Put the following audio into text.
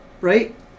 right